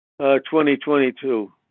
2022